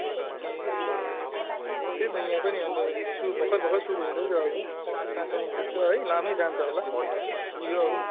ए त्यही त यहाँ पनि अब सुरु भर्खर भर्खर सुरु हुँदैछ अब कहाँसम्म पुग्छ है लामै जान्छ होला यो अब